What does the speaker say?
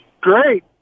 Great